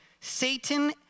Satan